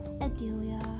adelia